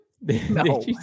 No